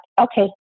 okay